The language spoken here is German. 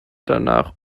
danach